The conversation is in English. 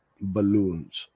balloons